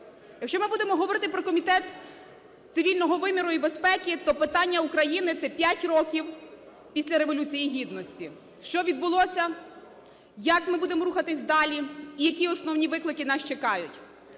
Якщо ми будемо говорити про комітет цивільного виміру і безпеки, то питання України – це 5 років після Революції Гідності: що відбулося, як ми будемо рухатись далі і які основні виклики нас чекають.